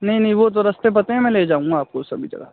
नहीं नहीं वो तो रास्ते पते हैं मैं ले जाऊँगा आपको सभी जगह से